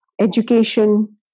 education